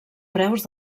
preus